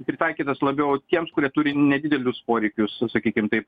pritaikytas labiau tiems kurie turi nedidelius poreikius sakykime taip